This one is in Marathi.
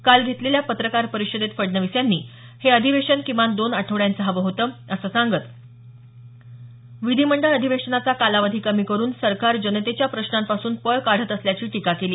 काल घेतलेल्या पत्रकार परिषदेत फडणवीस यांनी हे अधिवेशन किमान दोन आठवड्यांचं हवं होतं असं सांगत विधिमंडळ अधिवेशनाचा कालावधी कमी करून सरकार जनतेच्या प्रश्नांपासून पळ काढत असल्याची टीका केली